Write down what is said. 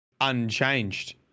unchanged